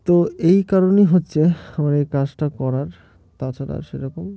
তো এই কারণই হচ্ছে আমার এই কাজটা করার তাছাড়া সেরকম